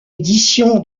édition